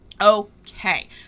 okay